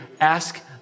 ask